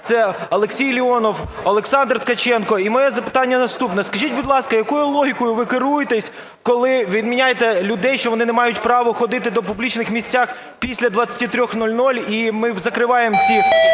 Це Олексій Леонов, Олександр Ткаченко. І моє запитання наступне. Скажіть, будь ласка, якою логікою ви керуєтесь, коли відміняєте людей, що вони не мають право ходити до публічних місцях після 23:00, і ми закриваємо ці